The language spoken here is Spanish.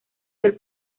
del